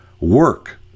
Work